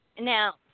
Now